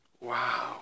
Wow